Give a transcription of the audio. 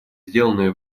сделанное